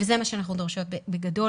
וזה מה שאנחנו דורשות בגדול